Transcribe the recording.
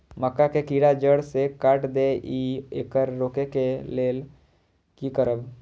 मक्का के कीरा जड़ से काट देय ईय येकर रोके लेल की करब?